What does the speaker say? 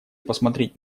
посмотреть